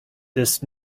this